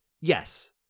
Yes